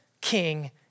king